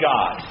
God